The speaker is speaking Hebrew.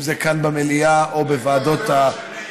אם זה כאן במליאה או בוועדות הכנסת.